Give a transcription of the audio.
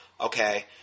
okay